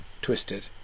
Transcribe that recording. twisted